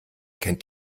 kennt